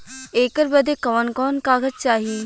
ऐकर बदे कवन कवन कागज चाही?